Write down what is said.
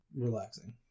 Relaxing